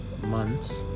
months